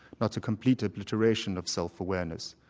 not a complete obliteration of self-awareness.